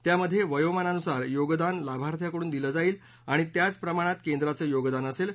त्यामध्ये वयोमानानुसार योगदान लाभार्थ्याकडून दिलं जाईल आणि त्याच प्रमाणात केंद्राचं योगदान असेल